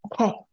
okay